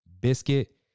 biscuit